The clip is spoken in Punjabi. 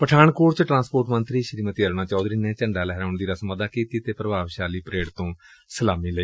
ਪਠਾਨਕੋਟ ਵਿਚ ਟਰਾਂਸਪੋਰਟ ਮੰਤਰੀ ਸ਼ੀਮਤੀ ਅਰੁਣਾ ਚੋਧਰੀ ਨੇ ਝੰਡਾ ਲਹਿਰਾਉਣ ਦੀ ਰਸਮ ਅਦਾ ਕੀਤੀ ਅਤੇ ਪ੍ਰਭਾਵਸ਼ਾਲੀ ਪ੍ਰੇਡ ਤੋਂ ਸਲਾਮੀ ਲਈ